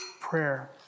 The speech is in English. prayer